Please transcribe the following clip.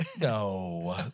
No